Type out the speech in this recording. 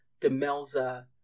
Demelza